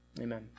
Amen